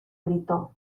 gritó